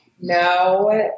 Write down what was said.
No